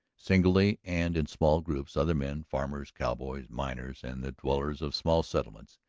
singly and in small groups other men, farmers, cowboys, miners, and the dwellers of small settlements,